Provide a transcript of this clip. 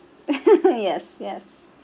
yes yes